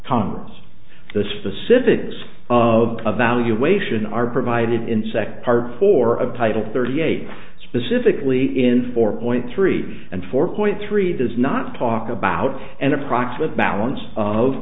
congress the specifics of the valuation are provided insect hard for a title thirty eight specifically in four point three and four point three does not talk about and approx with balance of